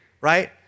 right